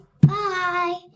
Bye